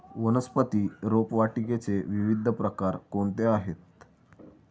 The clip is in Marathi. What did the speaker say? वनस्पती रोपवाटिकेचे विविध प्रकार कोणते आहेत?